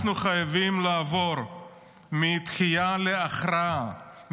אנחנו חייבים לעבור מדחייה להכרעה,